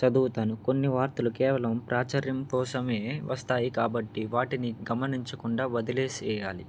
చదువుతాను కొన్ని వార్తలు కేవలం ప్రాచర్యం కోసమే వస్తాయి కాబట్టి వాటిని గమనించకుండా వదిలేసేయాలి